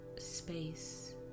space